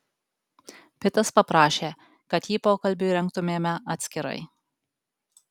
pitas paprašė kad jį pokalbiui rengtumėme atskirai